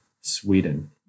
Sweden